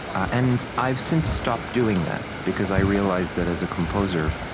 and i've since stopped doing that because i realized that as a composer,